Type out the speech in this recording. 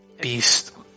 beast